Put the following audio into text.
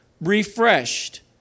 refreshed